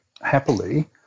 happily